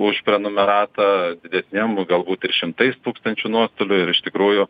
už prenumeratą didesniem galbūt ir šimtais tūkstančių nuostolių ir iš tikrųjų